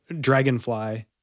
dragonfly